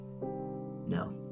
No